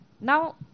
Now